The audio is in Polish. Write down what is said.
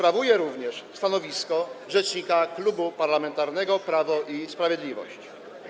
Zajmuje również stanowisko rzecznika Klubu Parlamentarnego Prawo i Sprawiedliwość.